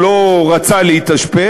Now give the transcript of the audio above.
הוא לא רצה להתאשפז,